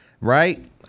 Right